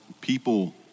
people